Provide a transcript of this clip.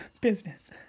business